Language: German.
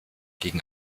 gegen